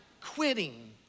quitting